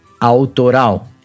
Autoral